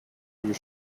your